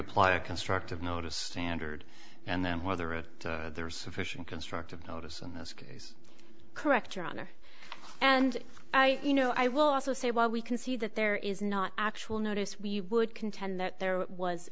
apply a constructive notice standard and then whether there is sufficient constructive notice in this case correct your honor and i you know i will also say while we can see that there is not actual notice we would contend that there was